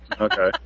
Okay